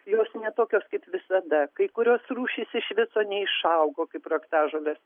jos ne tokios kaip visada kai kurios rūšys iš viso neišaugo kaip raktažolės